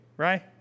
Right